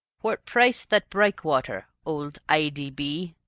whort price thet brikewater old i d b?